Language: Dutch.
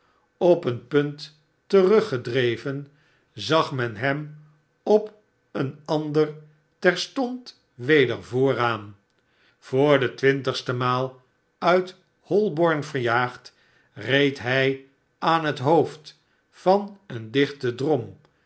op een punt teruggedreven zag men hem op een ander terstond weder vooraan voor de twintigste maal uit holborn verjaagd reed hij aan het hoofd van een dichten drom